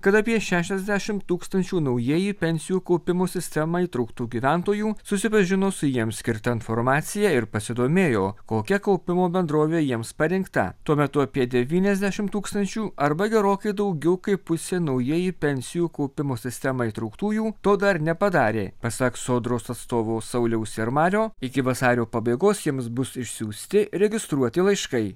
kad apie šešiasdešimt tūkstančių naujieji pensijų kaupimo sistemą įtrauktų gyventojų susipažino su jiems skirta informacija ir pasidomėjo kokia kaupimo bendrovė jiems parinkta tuo metu apie devyniasdešimt tūkstančių arba gerokai daugiau kaip pusė naujieji pensijų kaupimo sistemą įtrauktųjų to dar nepadarė pasak sodros atstovo sauliaus ir mario iki vasario pabaigos jiems bus išsiųsti registruoti laiškai